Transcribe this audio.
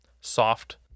soft